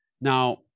now